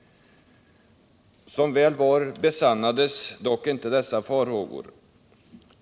Som väl var besannades dock inte dessa farhågor.